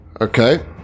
Okay